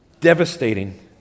devastating